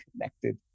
connected